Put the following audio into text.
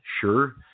Sure